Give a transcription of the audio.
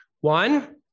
One